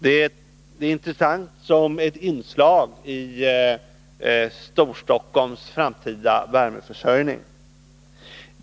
Det är intressant som ett inslag i Storstockholms framtida värmeförsörjning.